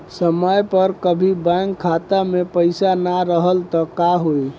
समय पर कभी बैंक खाता मे पईसा ना रहल त का होई?